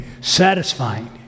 satisfying